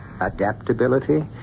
adaptability